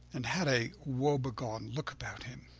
and had a woebegone look about him.